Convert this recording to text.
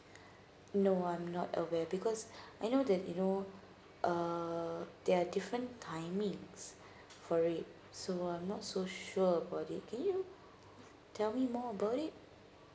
no I'm not aware because I know that you know uh they are different timings for it so I'm not so sure about it can you tell me more about it